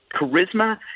charisma